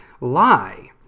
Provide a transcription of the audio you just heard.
lie